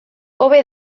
hobe